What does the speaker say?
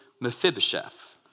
Mephibosheth